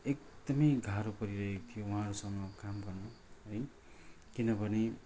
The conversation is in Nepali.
एकदमै गाह्रो परिरहेको थियो उहाँहरूसँग काम गर्नु है किनभने